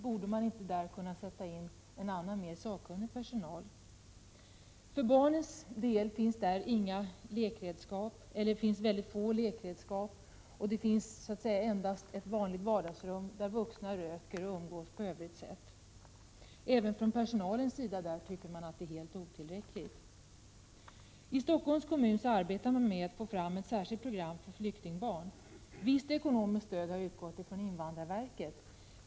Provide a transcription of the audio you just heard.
Borde man inte kunna sätta in en annan, mera sakkunnig personal? För barnens del finns det mycket få lekredskap. Det finns så att säga endast ett vanligt vardagsrum, där vuxna röker och umgås på olika sätt. Även från personalens sida tycker man att det är helt otillräckligt. I Stockholms kommun arbetar man med att få fram ett särskilt program för flyktingbarn. Ett visst ekonomiskt stöd har utgått från invandrarverket.